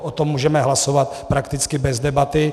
O tom můžeme hlasovat prakticky bez debaty.